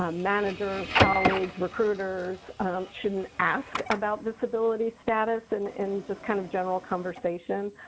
ah managers, colleagues, recruiters shouldn't ask about disability status and in just kind of general conversation.